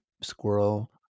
Squirrel